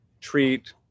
treat